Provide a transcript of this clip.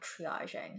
triaging